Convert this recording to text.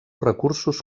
recursos